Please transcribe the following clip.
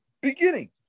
beginning